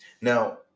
now